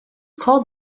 called